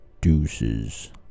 Deuces